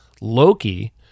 Loki